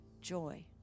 joy